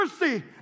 mercy